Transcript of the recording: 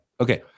Okay